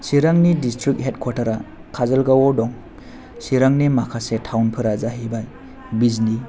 सिरांनि district head कवाटारया काजलगावआव दं सिरांनि माखासे थावनफोरा जाहैबाय बिजनी